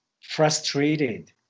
frustrated